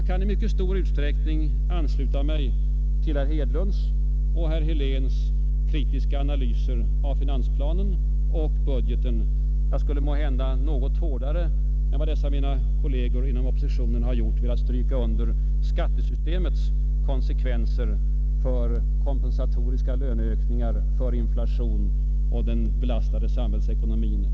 Jag kan i mycket stor utsträckning ansluta mig till herr Hedlunds och herr Heléns kritiska analyser av finansplanen och budgeten. Jag skulle måhända något hårdare än vad dessa mina kolleger inom oppositionen har gjort velat stryka under skattesystemets konsekvenser för kompensatoriska löneökningar, för inflation och för den belastade samhällsekonomin.